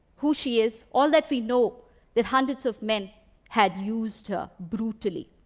who she is. all that we know that hundreds of men had used her brutally.